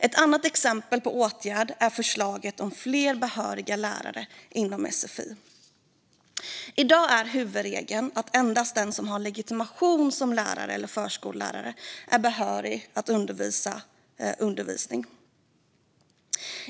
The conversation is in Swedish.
Ett annat exempel på åtgärder är förslaget om fler behöriga lärare inom sfi. I dag är huvudregeln att endast den som har legitimation som lärare eller förskollärare är behörig att undervisa.